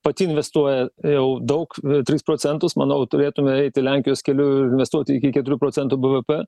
pati investuoja jau daug tris procentus manau turėtume eiti lenkijos keliu ir investuoti iki keturių procentų bvp